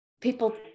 people